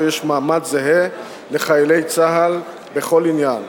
יש מעמד זהה לחיילי צה"ל בכל עניין,